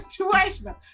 situational